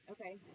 Okay